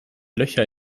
löcher